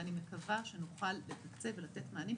ואני מקווה שנוכל לתקצב ולתת מענים,